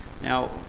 Now